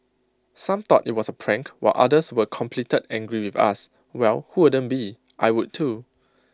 some thought IT was A prank while others were completed angry with us well who wouldn't be I would too